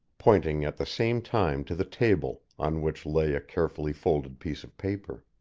pointing at the same time to the table, on which lay a carefully folded piece of paper.